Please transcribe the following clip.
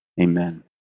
amen